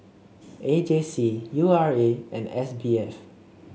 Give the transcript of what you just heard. A J C U R A and S B F